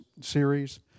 series